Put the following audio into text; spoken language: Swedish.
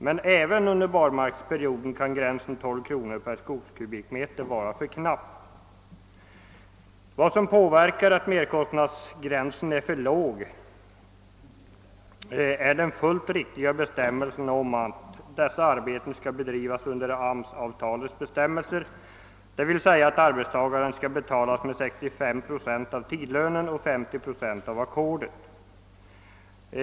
Men även under barmarksperioden kan gränsen 12 kronor per skogskubikmeter vara för knapp. Vad som medverkar till att merkostnadsgränsen blir för låg är den fullt riktiga bestämmelsen om att dessa arbeten skall bedrivas under AMS-avtalets bestämmelser, d.v.s. arbetstagaren skall erhålla 65 procent av tidlönen och 30 procent av ackordet.